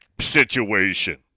situation